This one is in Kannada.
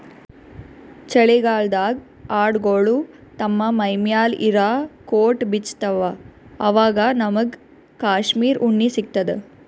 ಚಳಿಗಾಲ್ಡಾಗ್ ಆಡ್ಗೊಳು ತಮ್ಮ್ ಮೈಮ್ಯಾಲ್ ಇರಾ ಕೋಟ್ ಬಿಚ್ಚತ್ತ್ವಆವಾಗ್ ನಮ್ಮಗ್ ಕಾಶ್ಮೀರ್ ಉಣ್ಣಿ ಸಿಗ್ತದ